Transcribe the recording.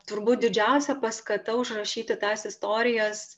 turbūt didžiausia paskata užrašyti tas istorijas